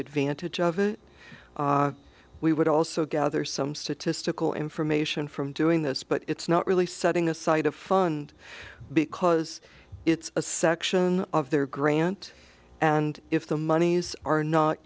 advantage of it we would also gather some statistical information from doing this but it's not really setting aside a fund because it's a section of their grant and if the monies are not